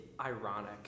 ironic